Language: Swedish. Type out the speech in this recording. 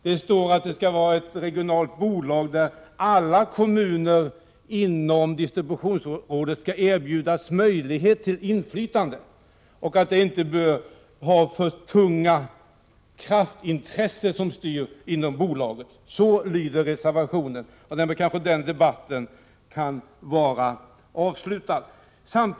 Det står att det skall vara ett regionalt bolag där alla kommuner inom distributionsområdet skall erbjudas möjlighet till inflytande och att det inte bör vara för tunga kraftintressen som styr inom bolaget. Så står det i reservationen. Kanske den debatten nu kan vara avslutad.